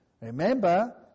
Remember